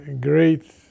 great